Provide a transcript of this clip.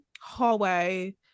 hallway